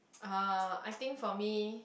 uh I think for me